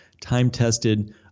time-tested